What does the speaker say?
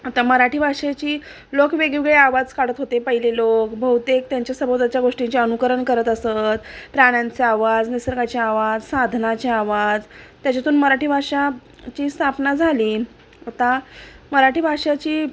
आता मराठी भाषेची लोक वेगवेगळे आवाज काढत होते पहिले लोक बहुतेक त्यांच्या सभोदाच्या गोष्टींचे अनुकरण करत असत प्राण्यांचा आवाज निसर्गाची आवाज साधनाचे आवाज त्याच्यातून मराठी भाषाची स्थापना झाली आता मराठी भाषाची